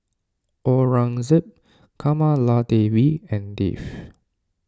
Aurangzeb Kamaladevi and Dev